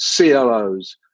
CLOs